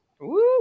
Woo